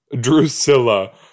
Drusilla